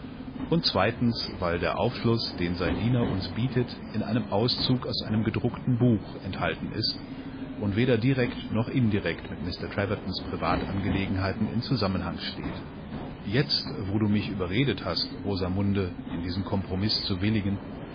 und zweitens weil der aufschluß den sein diener uns bietet in einem auszug aus einem gedruckten buch enthaltenistundwederdirektnochindirektmitmr trevertonsprivatangelegenheitenin zusammenhang steht jetzt wo du mich überredet hast rosamunde in diesen kompromiß zu willigen